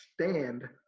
stand